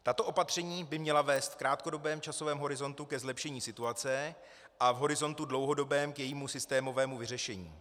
Tato opatření by měla vést v krátkodobém časovém horizontu ke zlepšení situace a v horizontu dlouhodobém k jejímu systémovému vyřešení.